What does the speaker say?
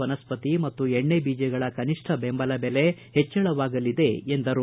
ವನಸ್ಪತಿ ಮತ್ತು ಎಣ್ಣೆ ಬೀಜಗಳ ಕನಿಷ್ಠ ಬೆಂಬಲ ಬೆಲೆ ಹೆಚ್ಚಳವಾಗಲಿದೆ ಎಂದರು